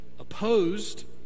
Opposed